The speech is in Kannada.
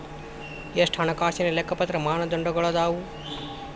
ಎಷ್ಟ ಹಣಕಾಸಿನ್ ಲೆಕ್ಕಪತ್ರ ಮಾನದಂಡಗಳದಾವು?